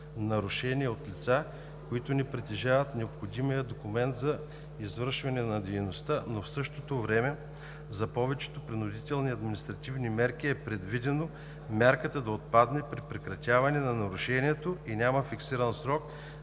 нарушения от лица, които не притежават необходимия документ за извършване на дейността, но в същото време за повечето принудителни административни мерки е предвидено мярката да отпадне при прекратяване на нарушението и няма фиксиран срок